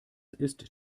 ist